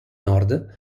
nord